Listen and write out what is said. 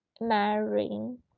marrying